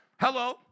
Hello